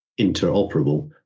interoperable